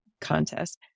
contest